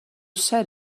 said